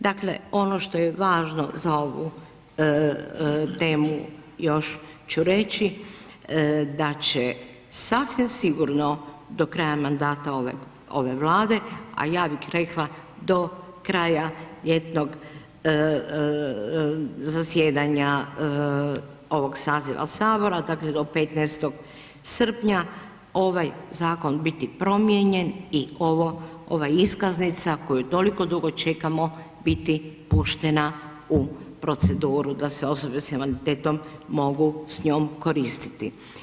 Dakle ono što je važno za ovu temu još ću reći da će sasvim sigurno do kraja mandata ove Vlade, a ja bih rekla do kraja jednog zasjedanja ovog saziva Sabora dakle do 15. srpnja ovaj zakon biti promijenjen i ova iskaznica koju toliko dugo čekamo biti puštena u proceduru da se osobe sa invaliditetom mogu s njom koristiti.